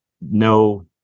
No